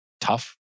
tough